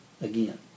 again